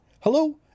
Hello